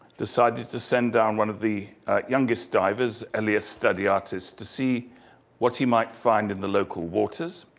decided to send down one of the youngest divers, elias studi artis, to see what he might find in the local waters.